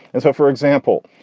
and so, for example,